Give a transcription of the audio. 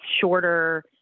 shorter